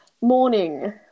morning